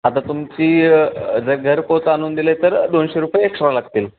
आता तुमची जर घरपोच आणून दिले तर दोनशे रुपये एक्स्ट्रा लागतील